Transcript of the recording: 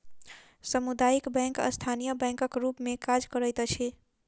सामुदायिक बैंक स्थानीय बैंकक रूप मे काज करैत अछि